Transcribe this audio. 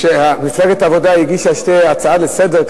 מפלגת העבודה הגישה הצעה לסדר-היום,